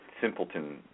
simpleton